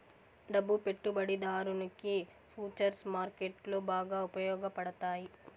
డబ్బు పెట్టుబడిదారునికి ఫుచర్స్ మార్కెట్లో బాగా ఉపయోగపడతాయి